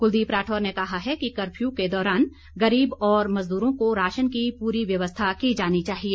कुलदीप राठौर ने कहा है कि कर्फ्यू के दौरान गरीब और मजदूरों को राशन की पूरी व्यवस्था की जानी चाहिए